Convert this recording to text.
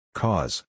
cause